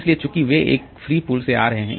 इसलिए चूंकि वे एक फ्री पूल से आ रहे हैं